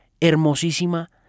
hermosísima